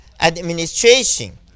administration